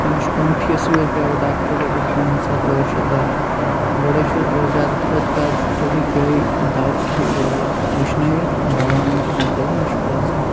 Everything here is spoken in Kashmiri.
تٔمِس چھُ پیٚوان فیٖسٕے یوت پرٛایویٹ ڈاکٹرَس رۄپیَس پانٛژھ ہَتھ ٲٹھ شیٚتھ بھَرٕنۍ گۄڈٔے چھُ اَگر زیادٕ کھۄتہٕ زیادٕ سُہ ہیٚکہِ یِہٲے دوا وُچھنٲیِتھ دوا اَنُن چھِ تِہنٛدِ خٲطرٕ مشکل آسان